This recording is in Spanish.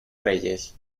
reyes